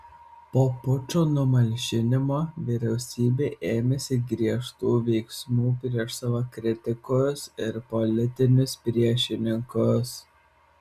po pučo numalšinimo vyriausybė ėmėsi griežtų veiksmų prieš savo kritikus ir politinius priešininkus